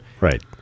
Right